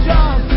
Jump